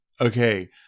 okay